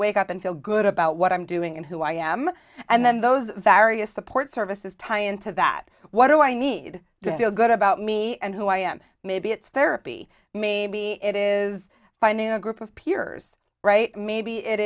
wake up and feel good about what i'm doing and who i am and then those various support services tie into that what do i need to feel good about me and who i am maybe it's therapy maybe it is finding a group of peers right maybe it